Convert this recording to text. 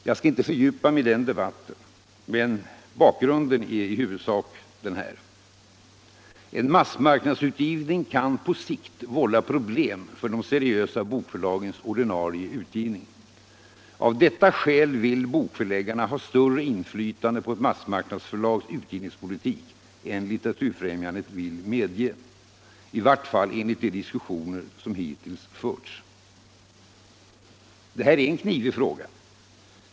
Jag skall inte fördjupa mig i den debatten, men bakgrunden är i huvudsak denna: En massmarknadsutgivning kan på sikt vålla problem för de seriösa bokförlagens ordinarie utgivning. Av detta skäl vill bokförläggarna ha större inflytande på ett massmarknadsförlags utgivningspolitik än Litteraturfrämjandet vill medge — i vart fall enligt de diskussioner som hittills förts. Det här är en knivig fråga.